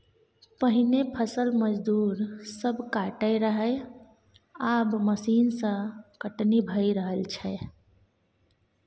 पहिने फसल मजदूर सब काटय रहय आब मशीन सँ कटनी भए रहल छै